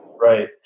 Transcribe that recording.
Right